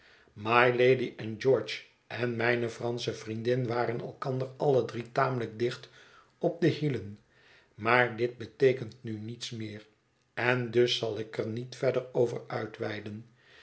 mylady en george en mijne fransche vriendin waren elkander alle drie tamelijk dicht op de hielen maar dit beteekent nu niets meer en dus zal ik er niet verder over uitweiden